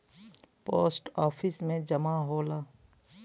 post office में जमा होला